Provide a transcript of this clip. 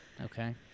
Okay